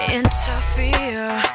interfere